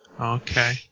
Okay